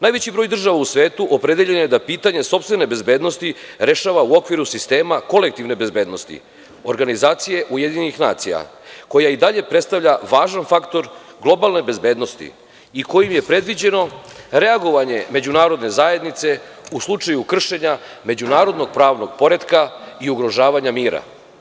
Najveći broj država u svetu opredeljeno je da pitanje sopstvene bezbednosti rešava u okviru sistema kolektivne bezbednosti, organizacije UN, koja i dalje predstavlja važan faktor globalne bezbednosti i kojom je predviđeno reagovanje Međunarodne zajednice u slučaju kršenja međunarodnog pravnog poretka i ugrožavanje mira.